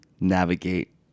navigate